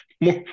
More